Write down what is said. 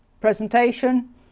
presentation